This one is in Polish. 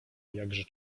jakże